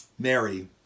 Mary